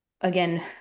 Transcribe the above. again